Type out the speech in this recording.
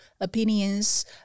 opinions